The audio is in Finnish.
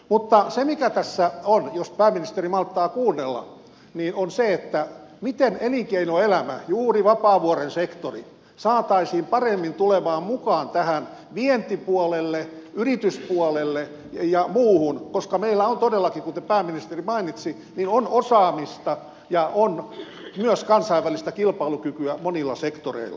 mutta se mikä tässä on jos pääministeri malttaa kuunnella on se miten elinkeinoelämä juuri vapaavuoren sektori saataisiin paremmin tulemaan mukaan tähän vientipuolelle yrityspuolelle ja muuhun koska meillä on todellakin kuten pääministeri mainitsi osaamista ja myös kansainvälistä kilpailukykyä monilla sektoreilla